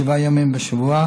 שבעה ימים בשבוע,